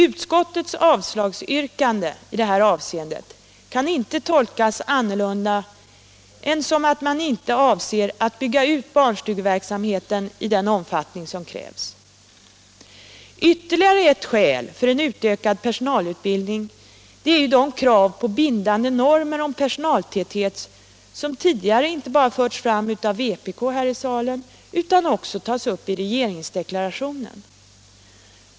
Utskottets avslagsyrkande i det avseendet kan inte tolkas på annat sätt än att man inte avser att bygga ut barnstugeverksamheten i den omfattning som krävs. Ytterligare ett skäl för en utökad personalutbildning är de krav på bindande normer om personaltäthet som tidigare inte bara förts fram av vpk utan också tas upp i regeringsdeklarationen.